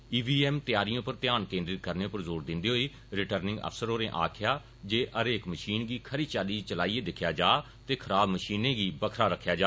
ई V M तैयारिएं पर ध्यान केन्द्रित करने पर जोर दिंदे होई रिटर्निंग अफसर होरे आक्खेया जे हरेक मशीन गी खरी चाल्ली चलाइयै दिक्कखेया जा ते खराब मशीनें गी बक्खरा रक्खेया जा